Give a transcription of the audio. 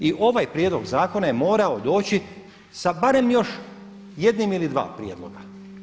I ovaj prijedlog zakona je morao doći sa barem još jednim ili dva prijedloga.